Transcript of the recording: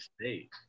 State